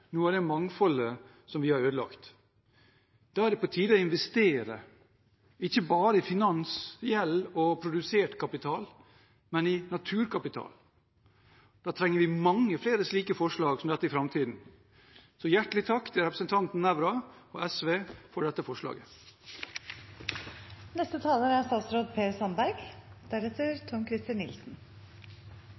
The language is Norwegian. noe av det mangfoldet som vi har ødelagt. Da er det på tide å investere, ikke bare i finans, gjeld og produsert kapital, men i naturkapital. Da trenger vi mange flere slike forslag som dette i framtiden – så hjertelig takk til representanten Nævra og SV for dette forslaget. Det er